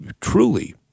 truly